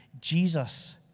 Jesus